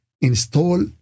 install